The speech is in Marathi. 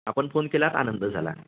आपण फोन केलात आनंद झाला